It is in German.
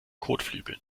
kotflügeln